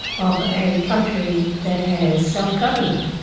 of a country that has self-government,